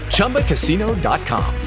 ChumbaCasino.com